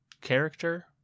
character